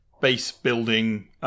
base-building